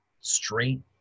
straight